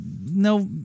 no